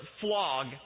flog